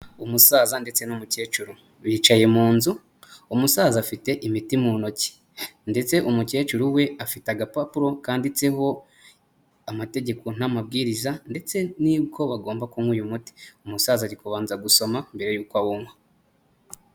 Umusaza ndetse n'umukecuru bicaye mu nzu, umusaza afite imiti mu ntoki ndetse umukecuru we afite agapapuro kanditseho amategeko n'amabwiriza ndetse n'uko bagomba kunywa uyu muti, umusaza ari kubanza gusoma mbere yuko awunywa.